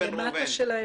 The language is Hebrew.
אבל למטה כן